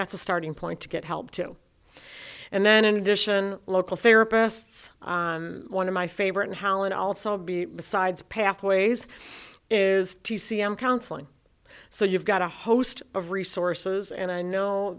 that's a starting point to get help too and then in addition local therapists one of my favorite in holland also be besides pathways is t c m counseling so you've got a host of resources and i know